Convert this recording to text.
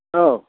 औ